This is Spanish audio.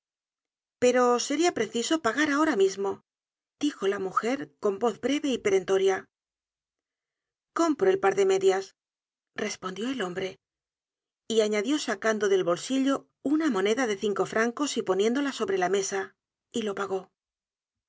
pero seria preciso pagar ahora mismo dijo la mujer con voz breve y perentoria compro el par de medias respondió el hombre y añadió sacando del bolsillo una moneda de cinco francos y poniéndola sobre la mesa y lo pago